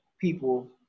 people